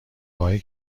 های